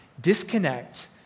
disconnect